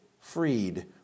freed